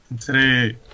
today